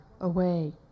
away